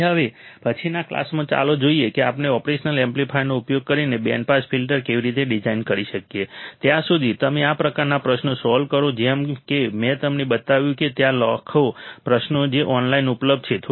તેથી હવે પછીના ક્લાસમાં ચાલો જોઈએ કે આપણે ઓપરેશનલ એમ્પ્લીફાયરનો ઉપયોગ કરીને બેન્ડ પાસ ફિલ્ટર કેવી રીતે ડિઝાઇન કરી શકીએ ત્યાં સુધી તમે આ પ્રકારના પ્રશ્નો સોલ્વ કરો જેમ કે મેં તમને બતાવ્યું છે ત્યાં લાખો પ્રશ્નો છે જે ઑનલાઇન ઉપલબ્ધ છે